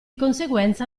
conseguenza